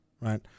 right